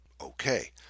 Okay